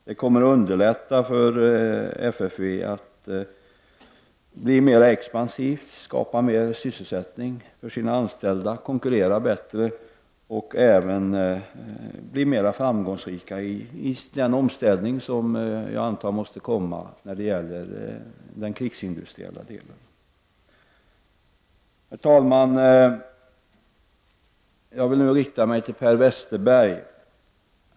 Det kommer att underlätta för FFV att bli mera expansivt och skapa mer sysselsättning för sina anställda och konkurrera bättre samt även bli mer framgångsrikt i den omställning som jag antar måste komma när det gäller den krigsindustriella delen. Herr talman! Jag riktar mig till Per Westerberg.